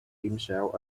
himself